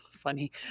funny